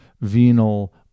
venal